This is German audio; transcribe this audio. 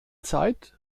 zeit